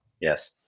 Yes